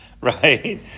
right